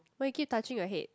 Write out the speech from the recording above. why you keep touching your head